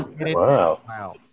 wow